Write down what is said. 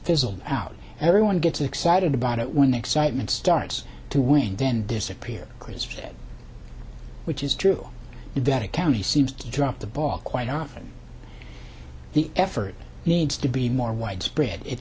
fizzled out everyone gets excited about it when the excitement starts to wane then disappear crazed which is true that a county seems to drop the ball quite often the effort needs to be more widespread it